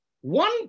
One